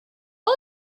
all